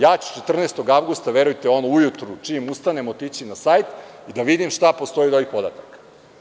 Ja ću 14. avgusta, verujte, ujutru čim ustanem otići na sajt da vidim šta postoji od ovih podataka.